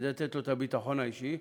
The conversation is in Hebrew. כדי לתת לו את הביטחון האישי,